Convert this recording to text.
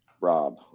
Rob